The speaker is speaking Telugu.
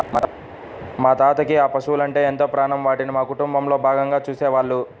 మా తాతకి ఆ పశువలంటే ఎంతో ప్రాణం, వాటిని మా కుటుంబంలో భాగంగా చూసేవాళ్ళు